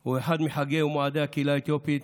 הוא אחד מחגי ומועדי הקהילה האתיופית,